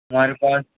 हमारे पास